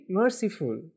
merciful